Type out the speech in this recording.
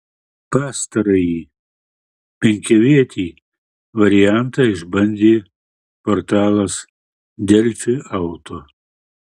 pastarąjį penkiavietį variantą ir išbandė portalas delfi auto